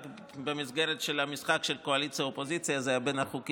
רק שבמסגרת המשחק של קואליציה-אופוזיציה זה היה בין החוקים,